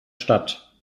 stadt